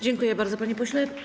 Dziękuję bardzo, panie pośle.